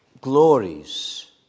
Glories